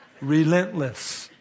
Relentless